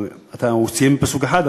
אתה מוציא פסוק אחד,